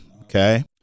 okay